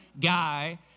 guy